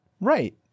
Right